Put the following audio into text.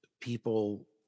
people